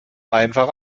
einfach